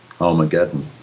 Armageddon